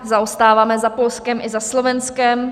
Zaostáváme za Polskem i za Slovenskem.